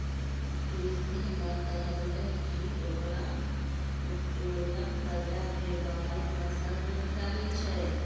प्रीति ने कहलकै की ओकरा उत्तोलन कर्जा के बारे मे सब जानकारी छै